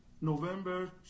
November